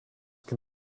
can